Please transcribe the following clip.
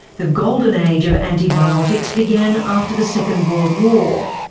the golden age of antibiotics began after the second world war.